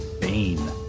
Bane